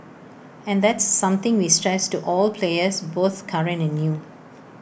and that's something we stress to all players both current and new